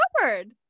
covered